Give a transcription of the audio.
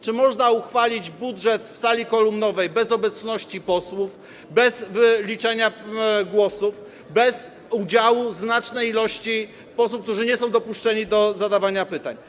Czy można uchwalić budżet w sali kolumnowej bez obecności posłów, bez liczenia głosów, bez udziału znacznej liczby posłów, którzy nie są dopuszczeni do zadawania pytań?